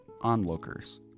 Onlookers